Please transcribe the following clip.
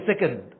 second